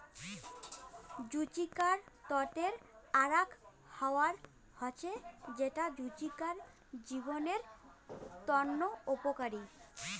জুচিকার তটের আরাক হাওয়া হসে যেটা জুচিকার জীবদের তন্ন উপকারী